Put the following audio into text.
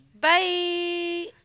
Bye